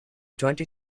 twenty